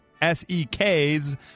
S-E-K's